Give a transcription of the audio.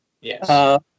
Yes